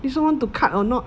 this one want to cut or not